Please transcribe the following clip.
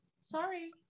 Sorry